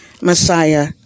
Messiah